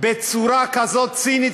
בצורה כזאת צינית,